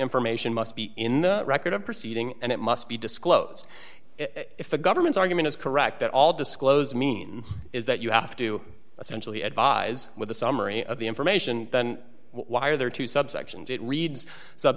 information must be in the record of proceeding and it must be disclosed if the government's argument is correct that all disclosed means is that you have to essentially advise with a summary of the information then why are there two subsections it reads sub